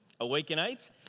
Awakenites